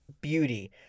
beauty